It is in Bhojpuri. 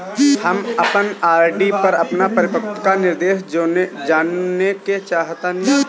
हम अपन आर.डी पर अपन परिपक्वता निर्देश जानेके चाहतानी